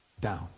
down